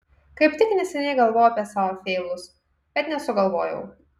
kaip tik neseniai galvojau apie savo feilus bet nesugalvojau